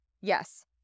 Yes